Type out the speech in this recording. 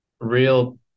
real